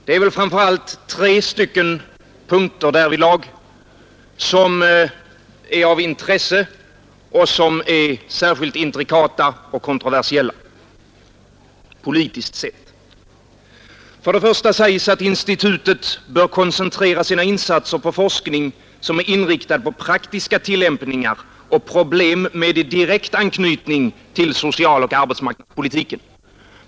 Det är därvidlag framför allt tre punkter som är av intresse och som är särskilt intrikata och kontroversiella politiskt sett. I den första punkten sägs att institutet bör koncentrera sina insatser på forskning som är inriktad på praktiska tillämpningar och problem med direkt anknytning till socialoch arbetsmarknadspolitiken.